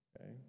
okay